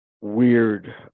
weird